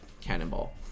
Cannonball